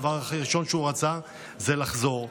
הדבר הראשון שהוא רצה זה לחזור.